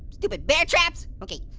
stupid bear traps, okay,